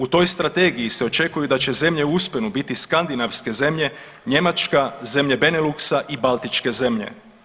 U toj strategiji se očekuje da će zemlje u usponu biti skandinavske zemlje Njemačka, zemlje Beneluxa i baltičke zemlje.